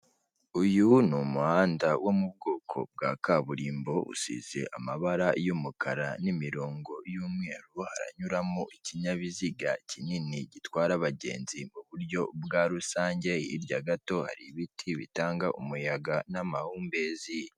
Uyu ni umuhanda wo mu bwoko bwa kaburimbo usize amabara y'umukara n'imirongo y'umweru, haranyuramo ikinyabiziga kinini gitwara abagenzi mu buryo bwa rusange, hirya gato hari ibiti bitanga umuyaga n'amahumbezi.